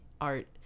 art